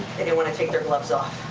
they didn't wanna take their gloves off.